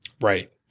Right